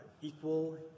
equal